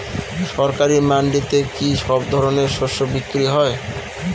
সরকারি মান্ডিতে কি সব ধরনের শস্য বিক্রি হয়?